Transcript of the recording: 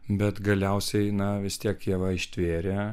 bet galiausiai na vis tiek ieva ištvėrė